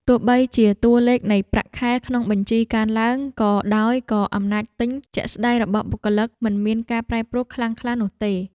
ទោះបីជាតួលេខនៃប្រាក់ខែក្នុងបញ្ជីកើនឡើងក៏ដោយក៏អំណាចទិញជាក់ស្តែងរបស់បុគ្គលិកមិនមានការប្រែប្រួលខ្លាំងក្លានោះទេ។